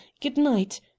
good-night